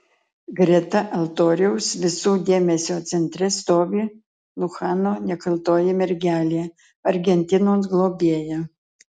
greta altoriaus visų dėmesio centre stovi luchano nekaltoji mergelė argentinos globėja